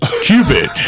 Cupid